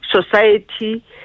society